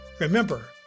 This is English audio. remember